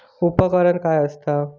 उपकरण काय असता?